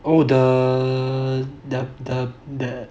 oh the the the